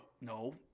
No